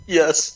yes